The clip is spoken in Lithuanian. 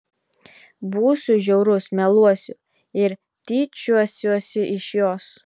būsiu žiaurus meluosiu ir tyčiosiuosi iš jos